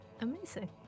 Amazing